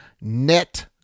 net